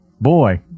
boy